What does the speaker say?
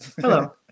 hello